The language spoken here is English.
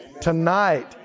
Tonight